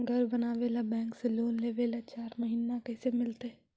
घर बनावे ल बैंक से लोन लेवे ल चाह महिना कैसे मिलतई?